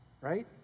right